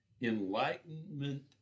Enlightenment